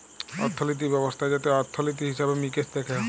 অর্থলিতি ব্যবস্থা যাতে অর্থলিতি, হিসেবে মিকেশ দ্যাখে